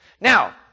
Now